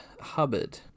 Hubbard